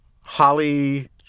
Holly